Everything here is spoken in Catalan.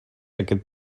aquest